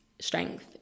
strength